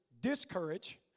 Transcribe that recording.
discourage